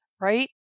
right